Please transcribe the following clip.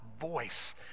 voice